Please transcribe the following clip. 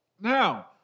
Now